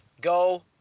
Go